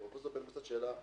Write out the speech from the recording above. לפרופ' בן בסט שאלה אחרת: